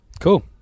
Cool